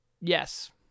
yes